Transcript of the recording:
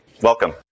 Welcome